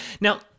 Now